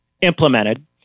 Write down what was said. implemented